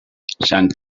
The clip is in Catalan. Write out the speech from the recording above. sant